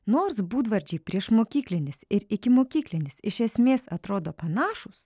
nors būdvardžiai priešmokyklinis ir ikimokyklinis iš esmės atrodo panašūs